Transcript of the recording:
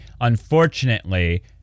unfortunately